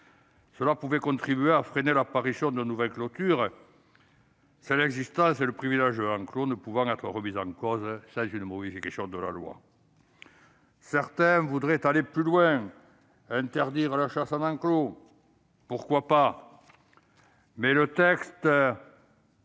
cela peut contribuer à freiner l'apparition de nouvelles clôtures, celles qui existent et le « privilège de l'enclos » ne peuvent être remises en cause sans une modification de la loi. Certains proposent d'aller plus loin et d'interdire toute chasse en enclos. Pourquoi pas ?